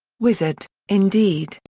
wizard, indeed.